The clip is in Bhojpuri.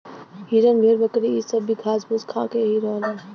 हिरन भेड़ बकरी इ सब भी घास फूस खा के ही रहलन